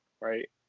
right